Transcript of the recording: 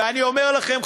ואני אומר לכם,